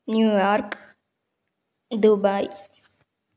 New York Dubai